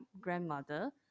grandmother